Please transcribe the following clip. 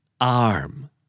Arm